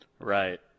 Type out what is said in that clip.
Right